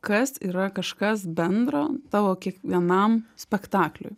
kas yra kažkas bendro tavo kiekvienam spektakliui